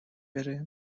بره